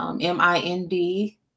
M-I-N-D